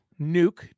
Nuke